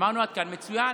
אמרנו: עד כאן מצוין.